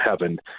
heaven